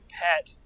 pet